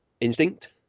Instinct